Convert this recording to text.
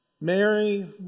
Mary